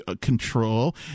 control